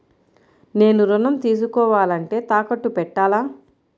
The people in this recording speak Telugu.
నేను ఋణం తీసుకోవాలంటే తాకట్టు పెట్టాలా?